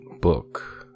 Book